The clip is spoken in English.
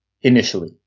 initially